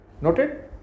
noted